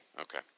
Okay